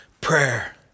prayer